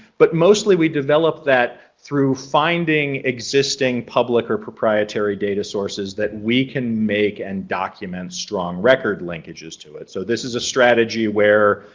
but mostly we developed that through finding existing public or proprietary data sources that we can make and document strong record linkages to it. so this is a strategy where,